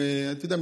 אתה יודע,